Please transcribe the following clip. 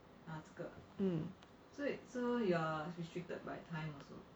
hmm